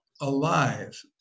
alive